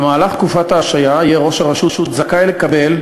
במהלך תקופת ההשעיה יהיה ראש הרשות זכאי לקבל,